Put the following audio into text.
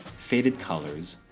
faded colors,